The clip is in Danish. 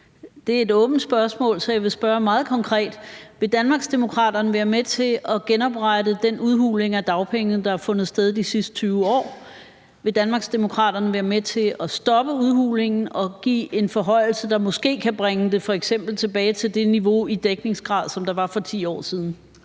Det er et åbent spørgsmål, så jeg vil spørge meget konkret: Vil Danmarksdemokraterne være med til at genoprette den udhuling af dagpengene, der har fundet sted de sidste 20 år? Vil Danmarksdemokraterne være med til at stoppe udhulingen og give en forhøjelse, der måske kan bringe det tilbage til f.eks. det niveau i dækningsgrad, som der var for 10 år siden?